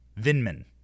Vinman